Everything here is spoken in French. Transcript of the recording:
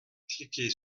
cliquez